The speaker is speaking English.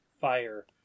fire